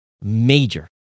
major